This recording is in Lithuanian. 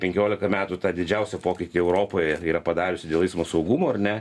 penkiolika metų tą didžiausią pokytį europoje yra padariusi dėl eismo saugumo ar ne